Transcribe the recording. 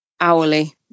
hourly